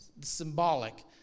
symbolic